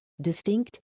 distinct